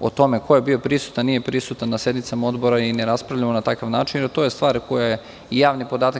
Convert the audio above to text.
o tome ko je bio prisutan, nije prisutan na sednicama Odbora ne raspravljamo na takav način, jer to je stvar koja je javni podatak.